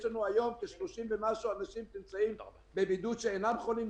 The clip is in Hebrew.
חוץ מזה יש לנו היום כ-30 אנשים שנמצאים בבידוד ואינם חולים.